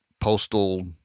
postal